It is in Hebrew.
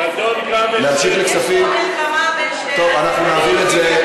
אנחנו נוסיף את קארין.